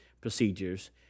procedures